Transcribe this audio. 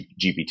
GPT